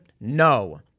No